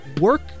work